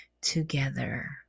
together